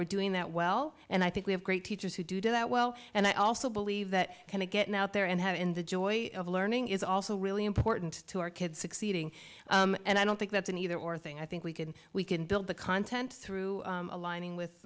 we're doing that well and i think we have great teachers who do do that well and i also believe that kind of getting out there and have in the joy of learning is also really important to our kids succeeding and i don't think that's an either or thing i think we can we can build the content through aligning with